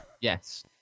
Yes